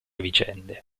vicende